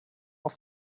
auf